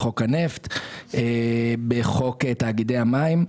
בחוק הנפט ובחוק תאגידי המים.